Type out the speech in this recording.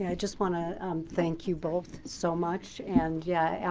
yeah just want to um thank you both so much. and yeah,